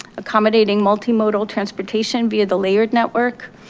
accommodating multimodal transportation via the layered network,